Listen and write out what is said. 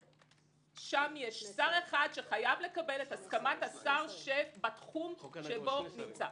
שם יש שר אחד שחייב לקבל את הסכמת השר שבתחום שבו נמצא.